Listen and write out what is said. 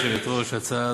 מה שאת אומרת.